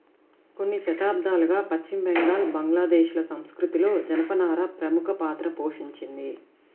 కొన్ని శతాబ్దాలుగా పశ్చిమ బెంగాల్, బంగ్లాదేశ్ ల సంస్కృతిలో జనపనార ప్రముఖ పాత్ర పోషించింది